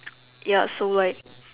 ya so like